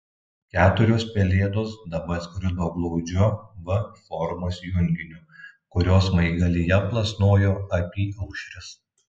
keturios pelėdos dabar skrido glaudžiu v formos junginiu kurio smaigalyje plasnojo apyaušris